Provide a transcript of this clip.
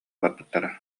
барбыттара